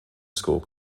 score